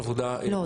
לא.